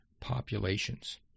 populations